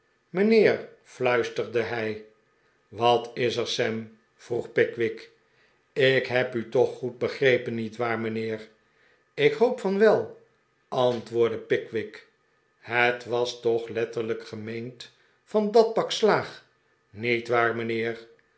mijnheer fluisterde hij wat is er sam vroeg pickwick ik heb u toch goed begrepen niet waar mijnheer ik hoop van wel antwoordde pickwick het was toch letterlijk gemeend van dat pak slaag niet waar mijnheer